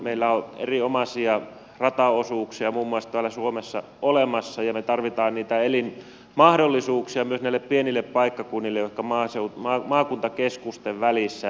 meillä on muun muassa erinomaisia rataosuuksia täällä suomessa olemassa ja me tarvitsemme niitä elinmahdollisuuksia myös näille pienille paikkakunnille jotka maakuntakeskusten välissä sijaitsevat